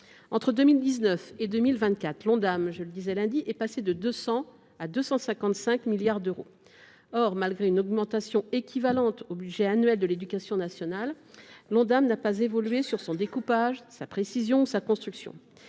Entre 2019 et 2024, l’Ondam – je le disais lundi dernier – est passé de 200 milliards à 255 milliards d’euros. Or, malgré une augmentation équivalente au budget annuel de l’éducation nationale, l’Ondam n’a pas évolué dans son découpage, sa précision ou sa construction.